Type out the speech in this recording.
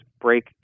break